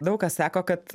daug kas sako kad